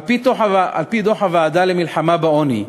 על-פי דוח הוועדה למלחמה בעוני,